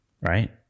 right